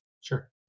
Sure